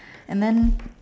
an then